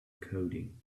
coding